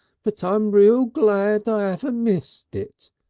but i'm real glad i haven't missed it,